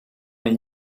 een